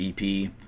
EP